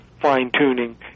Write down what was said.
fine-tuning